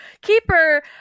Keeper